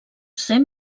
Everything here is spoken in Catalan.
ser